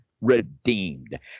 redeemed